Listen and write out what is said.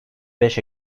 beş